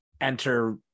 enter